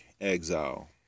exile